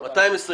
220 שקלים.